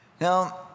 Now